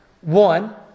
one